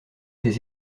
des